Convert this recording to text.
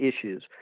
issues